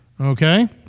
Okay